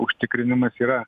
užtikrinimas yra